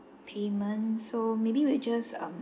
payment so maybe we'll just um